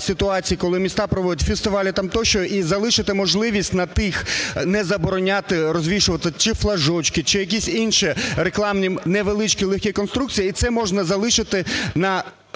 ситуацій, коли міста проводять фестивалі там тощо і залишити можливість на тих… не забороняти розвішувати чи флажочки, чи якісь інші рекламні невеличкі, легкі конструкції, і це можна залишити